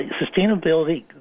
sustainability